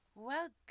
Welcome